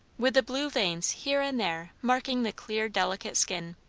with the blue veins here and there marking the clear delicate skin.